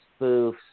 spoofs